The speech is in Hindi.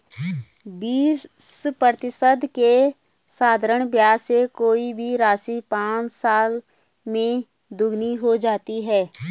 बीस प्रतिशत के साधारण ब्याज से कोई भी राशि पाँच साल में दोगुनी हो जाती है